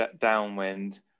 downwind